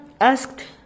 asked